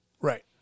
Right